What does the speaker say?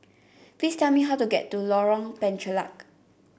please tell me how to get to Lorong Penchalak